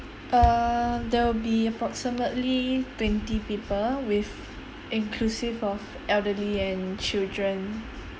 err there will be approximately twenty people with inclusive of elderly and children